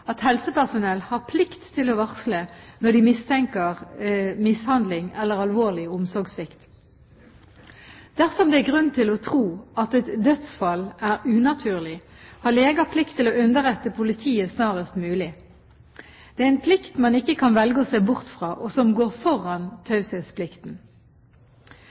at helsepersonell har plikt til å varsle når de mistenker mishandling eller alvorlig omsorgssvikt. Dersom det er grunn til å tro at et dødsfall er unaturlig, har leger plikt til å underrette politiet snarest mulig. Det er en plikt man ikke kan velge å se bort fra, og som går foran